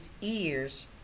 ears